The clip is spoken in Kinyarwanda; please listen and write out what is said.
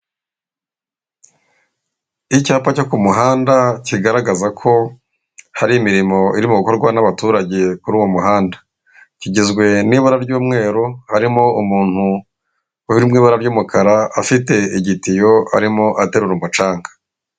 Icyapa cyo ku muhanda kigaragaza ko hari imirimo irimo gukorwa n'abaturage kuri uwo muhanda kigizwe n'ibara ry'umweru harimo umuntu uri ibara ry'umukara afite igitiyo arimo aterura umucanga.